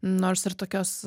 nors ir tokios